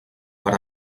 per